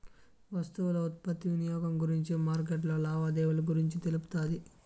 వస్తువుల ఉత్పత్తి వినియోగం గురించి మార్కెట్లో లావాదేవీలు గురించి తెలుపుతాది